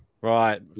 Right